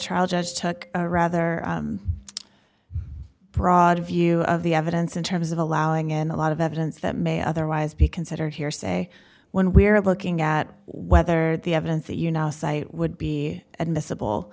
trial judge took a rather broad view of the evidence in terms of allowing in a lot of evidence that may otherwise be considered hearsay when we're looking at whether the evidence that you not cite would be admissible